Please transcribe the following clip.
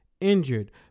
injured